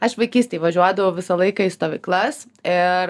aš vaikystėj važiuodavau visą laiką į stovyklas ir